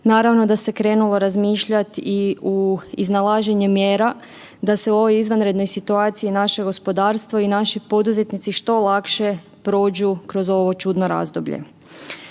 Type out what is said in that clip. naravno da se krenulo razmišljat i u iznalaženje mjera da se u ovoj izvanrednoj situaciji i naše gospodarstvo i naši poduzetnici što lakše prođu kroz ovo čudno razdoblje.